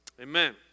Amen